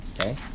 Okay